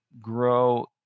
grow